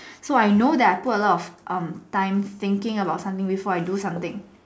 so I know that I put a lot of um time thinking about something before I do something